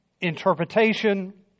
interpretation